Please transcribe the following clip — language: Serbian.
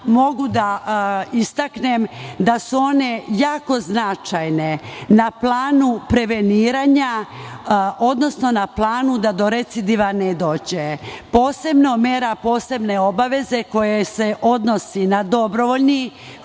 mogu da istaknem da su one jako značajne na planu preveniranja, odnosno na planu da do recidiva ne dođe, posebno mera posebne obaveze koja se odnosi na dobrovoljni